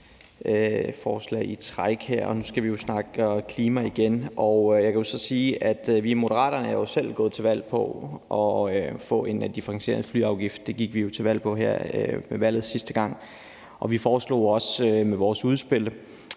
vi foreslog også i vores udspil,